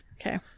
Okay